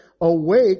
awake